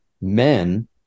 men